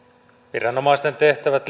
viranomaisten tehtävät